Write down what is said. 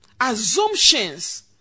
assumptions